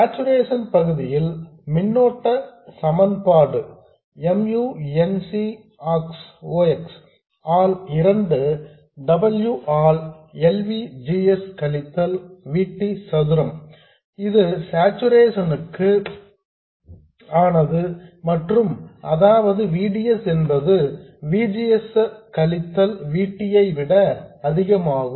saturation பகுதியின் மின்னோட்ட சமன்பாடு mu n C ox ஆல் இரண்டு W ஆல் L V G S கழித்தல் V T சதுரம் இது சார்சுரேஷன் க்கு ஆனது அதாவது V D S என்பது V G S கழித்தல் V T ஐ விட அதிகமாகும்